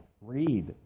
read